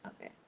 Okay